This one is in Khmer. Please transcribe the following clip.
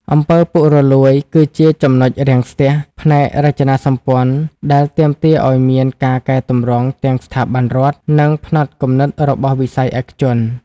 អំពើពុករលួយ គឺជា ចំណុចរាំងស្ទះ ផ្នែករចនាសម្ព័ន្ធដែលទាមទារឱ្យមានការកែទម្រង់ទាំងស្ថាប័នរដ្ឋ និងផ្នត់គំនិតរបស់វិស័យឯកជន។